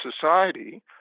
society